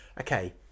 okay